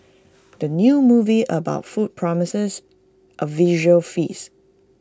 the new movie about food promises A visual feast